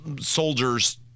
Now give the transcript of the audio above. soldiers